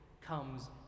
comes